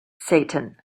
satan